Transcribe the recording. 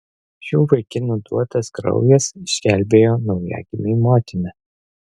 šių vaikinų duotas kraujas išgelbėjo naujagimiui motiną